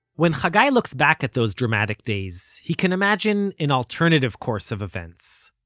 when hagai looks back at those dramatic days, he can imagine an alternative course of events.